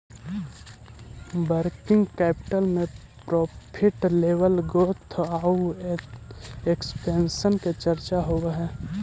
working capital में profit level growth आउ expansion के चर्चा होवऽ हई